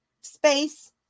space